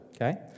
okay